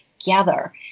Together